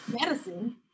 medicine